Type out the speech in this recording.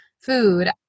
food